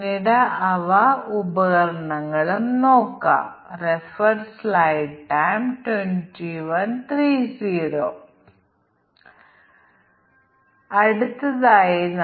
നമുക്ക് ഒരു ഉദാഹരണം ഉപയോഗിച്ച് കോസ് ഇഫക്റ്റ് ഗ്രാഫിംഗ് നോക്കാം കാരണം കാരണം ഇഫക്റ്റ് ഗ്രാഫ് വികസിപ്പിക്കുന്നതിലാണ് ഇവിടെ പ്രധാന കാര്യം